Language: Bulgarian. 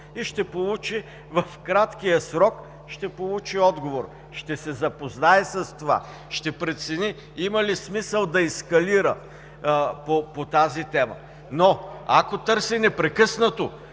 въпроси и в краткия срок ще получи отговор, ще се запознае с това, ще прецени има ли смисъл да ескалира по тази тема. Но ако търси непрекъснато